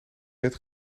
bed